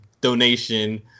donation